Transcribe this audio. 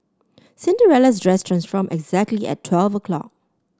Cinderella's dress transformed exactly at twelve o'clock